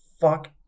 fuck